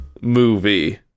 movie